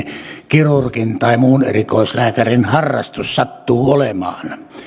kirurgin tai muun erikoislääkärin harrastus sattuu olemaan